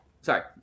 sorry